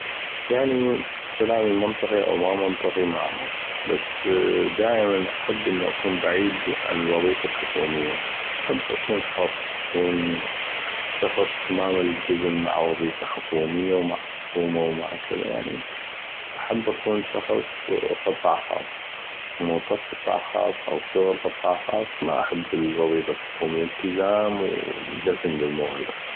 يعني كلامي منطقي أو ما منطقي معغف بس دايما احب انو اكون بعيد عن الوظيفه الحكومية احب اكون حر اكون شخص ما ملتزم مع وظيفه حكوميه ومع كذا يعني احب اكون شخص قطاع خاص موظف قطاع خاص أو شخل قطاع خاص يعني ما احب الوظيفه الحكوميه التزام ودفن للموهبه